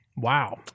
Wow